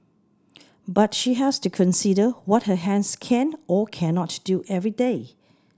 but she has to consider what her hands can or cannot do every day